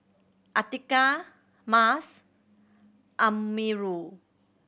Atiqah Mas Amirul